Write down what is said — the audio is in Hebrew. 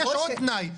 ויש עוד תנאי,